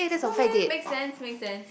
okay make sense make sense